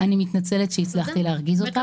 אני מתנצלת שהצלחתי להרגיז אותך.